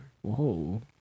Whoa